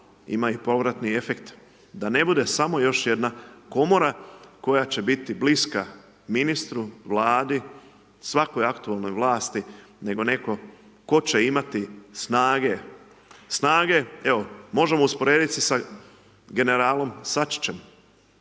ima i povratni efekt. Da ne bude samo još jedna komora koja će biti bliska ministru, Vladi, svakoj aktualnoj vlasti nego netko tko će imati snage, snage evo, možemo usporediti se sa general Sačićem